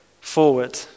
forward